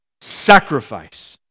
sacrifice